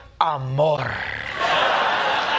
amor